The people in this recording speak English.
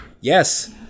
Yes